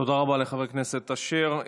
תודה רבה לחבר הכנסת אשר.